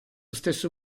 stesso